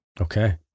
Okay